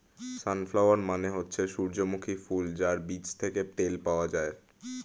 sunflower মানে হচ্ছে সূর্যমুখী ফুল যার বীজ থেকে তেল পাওয়া যায়